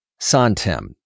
Santem